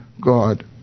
God